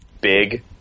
big